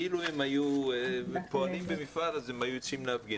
אילו הם היו פועלים במפעל, הם היו יוצאים להפגין.